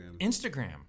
Instagram